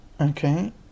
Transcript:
Okay